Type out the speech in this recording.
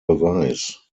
beweis